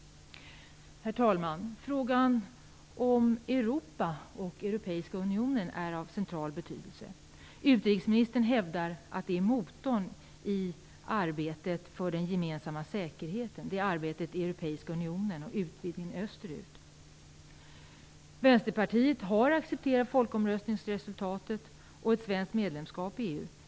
Herr talman! Frågan om Europa och Europeiska unionen är av central betydelse. Utrikesministern hävdar att motorn i arbetet för den gemensamma säkerheten är Europeiska unionen och utvidgningen österut. Vänsterpartiet har accepterat folkomröstningsresultatet och ett svenskt medlemskap i EU.